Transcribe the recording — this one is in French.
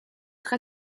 très